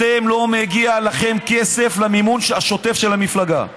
אתם, לא מגיע לכם כסף למימון השוטף של המפלגה.